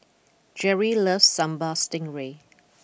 Jerri loves Sambal Stingray